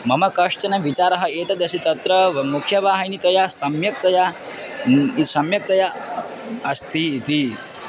मम कश्चन विचारः एतदस्ति तत्र व मुख्यवाहिनीतया सम्यक्तया सम्यक्तया अस्ति इति